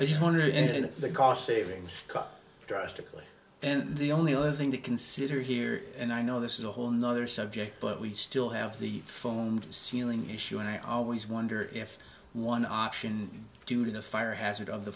i just wondered if the cost savings cut drastically and the only other thing to consider here and i know this is a whole nother subject but we still have the phone ceiling issue and i always wonder if one option due to the fire hazard of the